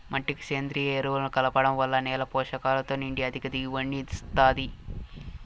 మట్టికి సేంద్రీయ ఎరువులను కలపడం వల్ల నేల పోషకాలతో నిండి అధిక దిగుబడిని ఇస్తాది